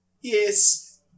Yes